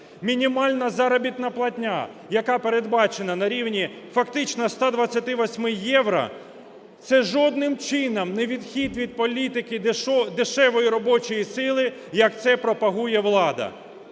Мінімальна заробітна платня, яка передбачена на рівні фактично 128 євро, це жодним чином не відхід від політики дешевої робочої сили, як це пропагує влада.